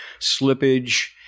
slippage